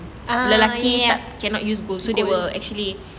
lelaki cannot use gold so they will actually